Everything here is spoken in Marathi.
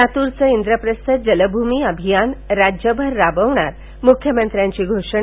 लातूरचं इंद्रप्रस्थ जलभ्मी अभियान राज्यभर राबवणार मुख्यमंत्र्यांची घोषणा